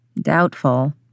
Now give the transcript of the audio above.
Doubtful